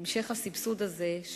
המשך הסבסוד הזה,